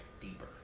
deeper